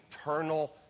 eternal